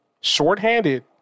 Shorthanded